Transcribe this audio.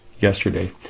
yesterday